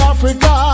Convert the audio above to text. Africa